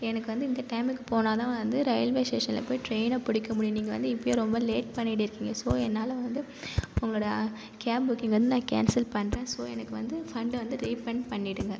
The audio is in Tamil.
எனக்கு வந்து இந்த டைமுக்கு போனால்தான் வந்து ரயில்வேஸ்ஷேஷன்ல போய் ட்ரெயின்னை பிடிக்க முடியும் நீங்கள் வந்து இப்பயே ரொம்ப லேட் பண்ணிட்டு இருக்கீங்க ஸோ என்னால் வந்து உங்களோட கேப் புக்கிங் வந்து நான் கேன்சல் பண்ணுறேன் ஸோ எனக்கு வந்து ஃபண்டு வந்து ரீஃபண்ட் பண்ணிடுங்கள்